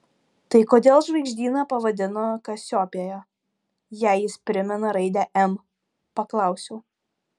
tai kodėl žvaigždyną pavadino kasiopėja jei jis primena raidę m paklausiau